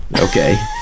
Okay